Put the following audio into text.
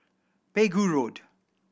Pegu Road